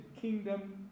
kingdom